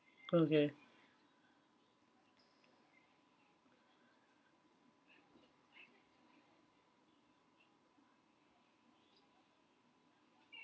okay